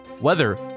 weather